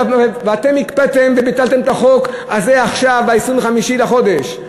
והקפאתם וביטלתם את החוק הזה עכשיו, ב-25 בחודש,